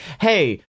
hey